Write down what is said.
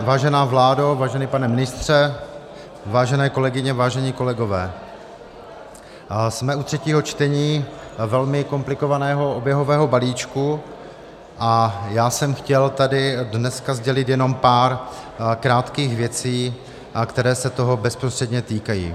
Vážená vládo, vážený pane ministře, vážené kolegyně, vážení kolegové, jsme u třetího čtení velmi komplikovaného oběhového balíčku a já jsem chtěl tady dneska sdělit jenom pár krátkých věcí, které se toho bezprostředně týkají.